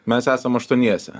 mes esam aštuoniese